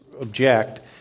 object